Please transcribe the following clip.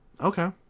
Okay